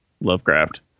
Lovecraft